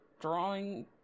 drawing